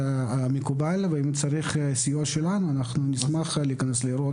ואם צריך סיוע שלנו אנחנו נשמח להיכנס לאירוע,